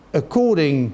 according